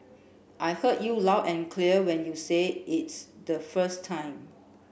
I heard you loud and clear when you say its the first time